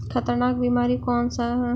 खतरनाक बीमारी कौन सा है?